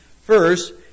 First